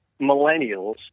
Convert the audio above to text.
millennials